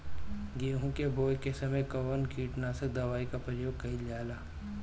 गेहूं के बोआई के समय कवन किटनाशक दवाई का प्रयोग कइल जा ला?